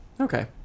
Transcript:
Okay